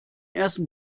ersten